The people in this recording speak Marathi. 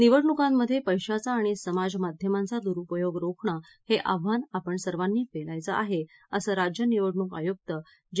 निवडणुकांमध्ये पैशाचा आणि समाज माध्यमांचा दुरुपयोग रोखणं हे आव्हान आपण सर्वांनी पेलायचं आहे असं राज्य निवडणूक आयुक्त जे